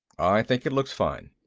i think it looks fine.